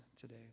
today